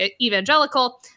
evangelical